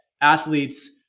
athletes